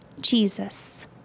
Jesus